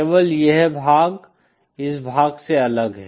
केवल यह भाग इस भाग से अलग है